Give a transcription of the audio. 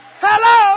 Hello